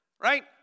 right